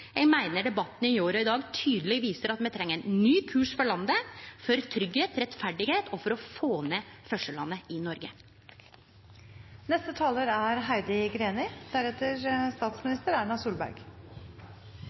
Eg meiner debatten i går og i dag tydeleg viser at me treng ein ny kurs for landet, for tryggleik og rettferd og for å få ned forskjellane i